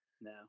no